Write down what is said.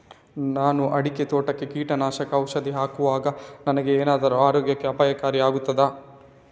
ನಾನು ಅಡಿಕೆ ತೋಟಕ್ಕೆ ಕೀಟನಾಶಕ ಔಷಧಿ ಹಾಕುವಾಗ ನನಗೆ ಏನಾದರೂ ಆರೋಗ್ಯಕ್ಕೆ ಅಪಾಯಕಾರಿ ಆಗುತ್ತದಾ?